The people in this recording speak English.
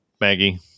Maggie